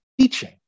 teaching